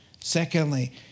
Secondly